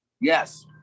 Yes